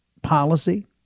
policy